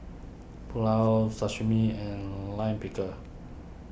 Pulao Sashimi and Lime Pickle